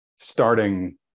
starting